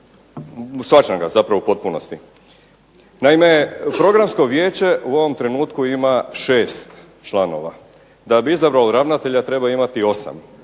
shvaćam ga zapravo u potpunosti. Naime, Programsko vijeće u ovom trenutku ima 6 članova. Da bi izabrali ravnatelja treba imati 8.